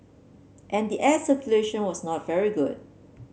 and the air circulation was not very good